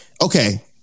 okay